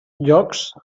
llocs